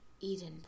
Eden